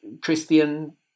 Christian